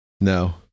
No